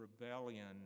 rebellion